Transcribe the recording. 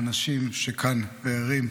האנשים שכאן וערים,